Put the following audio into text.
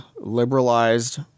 liberalized